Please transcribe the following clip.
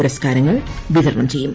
പുരസ്കാരങ്ങൾ വിതരണം ചെയ്യും